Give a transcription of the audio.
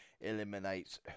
Eliminates